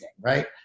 right